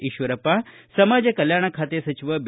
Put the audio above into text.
ಈಶ್ವರಪ್ಪ ಸಮಾಜ ಕಲ್ಕಾಣ ಖಾತೆ ಸಚಿವ ಬಿ